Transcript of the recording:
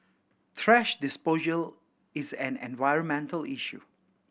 thrash disposal is an environmental issue